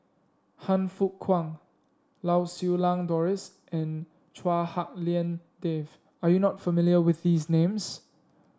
Han Fook Kwang Lau Siew Lang Doris and Chua Hak Lien Dave are you not familiar with these names